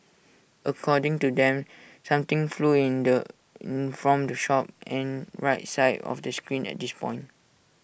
according to them something flew in the in from the shop and the right side of the screen at this point